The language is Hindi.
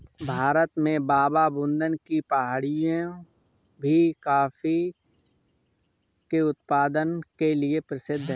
भारत में बाबाबुदन की पहाड़ियां भी कॉफी के उत्पादन के लिए प्रसिद्ध है